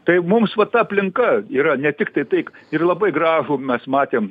tai mums va ta aplinka yra ne tiktai taip ir labai gražų mes matėm